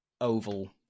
oval